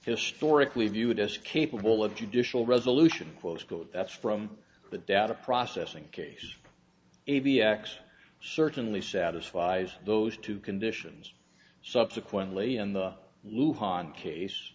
historically viewed as capable of judicial resolution postcode that's from the data processing case ab x certainly satisfies those two conditions subsequently in the loo hon case